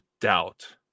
doubt